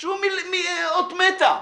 שהוא מאות מתה.